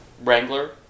Wrangler